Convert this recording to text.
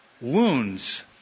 wounds